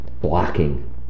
blocking